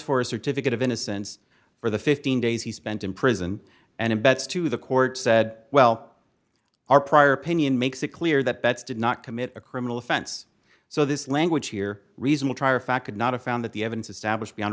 for a certificate of innocence for the fifteen days he spent in prison and abets to the court said well our prior opinion makes it clear that that's did not commit a criminal offense so this language here reasonable trier of fact could not a found that the evidence establish beyond